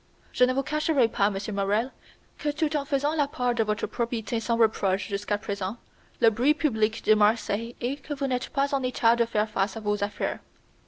je ne vous cacherai pas monsieur morrel que tout en faisant la part de votre probité sans reproches jusqu'à présent le bruit public de marseille est que vous n'êtes pas en état de faire face à vos affaires